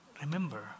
remember